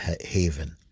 haven